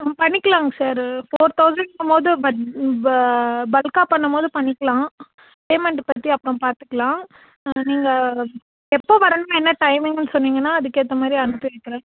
பண்ணிக்கலாங்க sir four தௌசண்ட்ங்கும் போது பட் ப பல்க்காக பண்ணும் போது பண்ணிக்கலாம் பேமெண்ட்டு பற்றி அப்புறம் பார்த்துக்கலாம் நீங்கள் எப்போது வரணும் என்ன டைமிங்னு சொன்னீங்கனால் அதுக்கேற்ற மாதிரி அனுப்பி வைக்கிறேன்